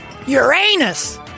Uranus